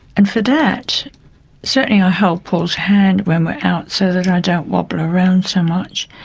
and for that certainly i hold paul's hand when we're out so that i don't wobble around so much,